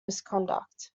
misconduct